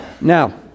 Now